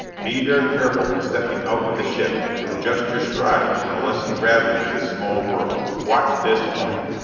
be very careful, when stepping out of the ship, to adjust your stride to the lessened gravity of this small world. watch this point!